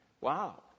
Wow